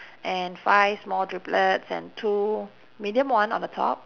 and five small driblets and two medium one on the top